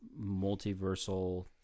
multiversal